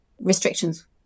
restrictions